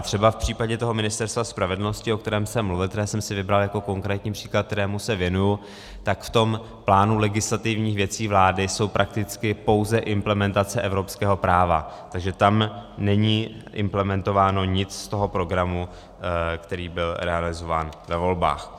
Třeba v případě Ministerstva spravedlnosti, o kterém jsem mluvil, které jsem si vybral jako konkrétní příklad, kterému se věnuji, tak v tom plánu legislativních věcí vlády jsou prakticky pouze implementace evropského práva, takže tam není implementováno nic z toho programu, který byl realizován ve volbách.